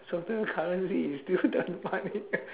certain currency is still the money